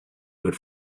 good